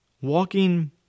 Walking